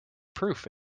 proof